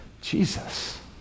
Jesus